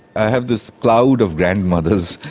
i have this cloud of grandmothers,